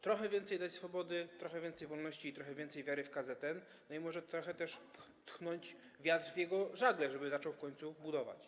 Trochę więcej dać swobody, trochę więcej wolności i trochę więcej wiary w KZN, i może trochę też tchnąć wiatr w jego żagle, żeby zaczął w końcu budować.